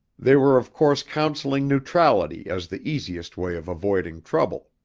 they were of course counseling neutrality as the easiest way of avoiding trouble.